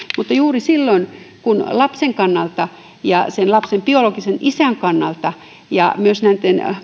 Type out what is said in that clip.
juuri silloin kun lapsen kannalta ja sen lapsen biologisen isän kannalta olisi hyvä ja myös nämä